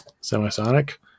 semi-sonic